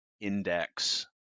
index